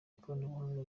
ikoranabuhanga